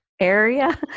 Area